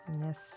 Yes